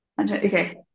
Okay